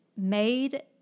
Made